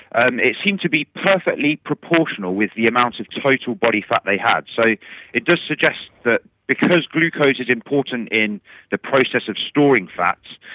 and it seemed to be perfectly proportional with the amount of total body fat they had. so it does suggest that because glucose is important in the process of storing fats,